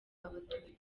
abatutsi